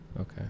Okay